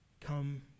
come